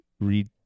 read